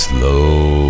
Slow